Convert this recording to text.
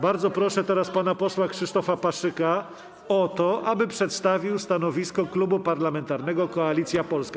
Bardzo proszę teraz pana posła Krzysztofa Paszyka o to, aby przedstawił stanowisko Klubu Parlamentarnego Koalicja Polska.